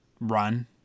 run